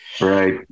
Right